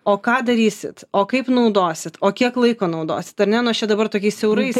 o ką darysit o kaip naudosit o kiek laiko naudosit ar ne nu aš čia dabar tokiais siaurais